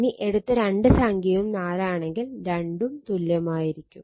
ഇനി എടുത്ത രണ്ട് സംഖ്യയും 4 ആണെങ്കിൽ രണ്ടും തുല്യമായിരിക്കും